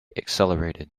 accelerated